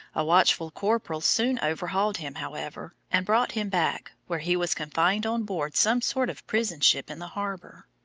a watchful corporal soon overhauled him, however, and brought him back, where he was confined on board some sort of prison ship in the harbour.